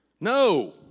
No